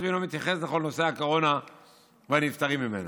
ולא מתייחס לכל נושא הקורונה והנפטרים ממנו.